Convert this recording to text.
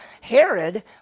Herod